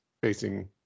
facing